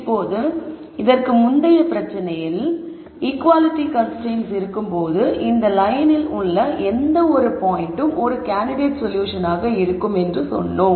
இப்போது இதற்கு முந்தைய பிரச்சனையில் ஈக்குவாலிட்டி கன்ஸ்ரைன்ட்ஸ் இருக்கும்போது இந்த லயனில் உள்ள எந்தவொரு பாயிண்ட்டும் ஒரு கேண்டிடேட் சொல்யூஷன் ஆக இருக்கும் என்று சொன்னோம்